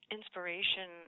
Inspiration